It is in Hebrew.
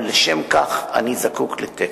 אבל לשם כך אני זקוק לתקן.